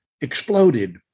exploded